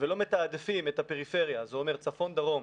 ולא מתעדפים את הפריפריה זה אומר: צפון, דרום,